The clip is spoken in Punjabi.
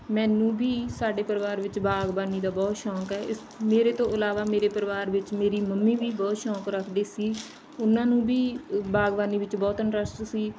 ਮੈਨੂੰ ਵੀ ਸਾਡੇ ਪਰਿਵਾਰ ਵਿੱਚ ਬਾਗਬਾਨੀ ਦਾ ਬਹੁਤ ਸ਼ੌਂਕ ਹੈ ਇਸ ਮੇਰੇ ਤੋਂ ਇਲਾਵਾ ਮੇਰੇ ਪਰਿਵਾਰ ਵਿੱਚ ਮੇਰੀ ਮੰਮੀ ਵੀ ਬਹੁਤ ਸ਼ੌਂਕ ਰੱਖਦੇ ਸੀ ਉਹਨਾਂ ਨੂੰ ਵੀ ਬਾਗਬਾਨੀ ਵਿੱਚ ਬਹੁਤ ਇੰਟਰਸਟ ਸੀ